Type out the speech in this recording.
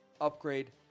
upgrade